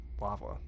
lava